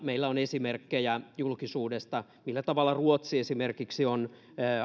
meillä on esimerkkejä julkisuudesta millä tavalla ruotsi esimerkiksi on